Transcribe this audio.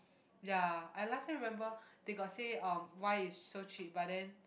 ya I last still remember they got say um why is so cheap but then